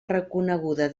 reconeguda